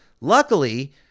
Luckily